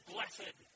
Blessed